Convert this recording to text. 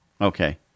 Okay